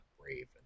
brave